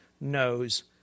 knows